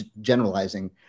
generalizing